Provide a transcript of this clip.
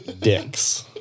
dicks